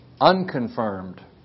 unconfirmed